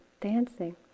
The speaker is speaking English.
dancing